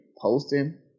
posting